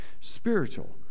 spiritual